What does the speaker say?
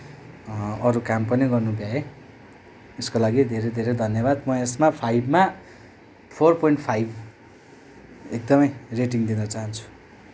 अरू काम पनि गर्न भ्याएँ यसको लागि धेरै धेरै धन्यवाद म यसमा फाइभमा फोर प्वाइन्ट फाइभ एकदमै रेटिङ दिन चाहन्छु